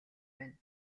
байна